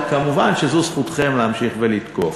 מובן שזו זכותכם להמשיך ולתקוף,